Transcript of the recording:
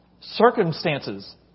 Circumstances